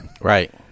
Right